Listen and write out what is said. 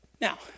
Now